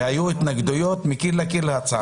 והיו התנגדויות מקיר לקיר להצעה.